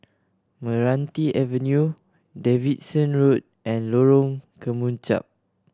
Meranti Avenue Davidson Road and Lorong Kemunchup